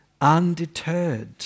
undeterred